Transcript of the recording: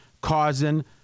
causing